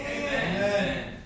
Amen